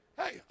hey